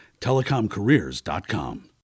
TelecomCareers.com